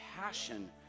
passion